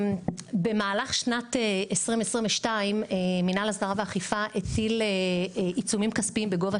במהלך שנת 2022 מנהל הסדרה ואכיפה הטיל עיצומים כספיים בגובה